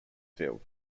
field